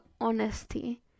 honesty